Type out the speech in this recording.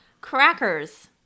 Crackers